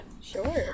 Sure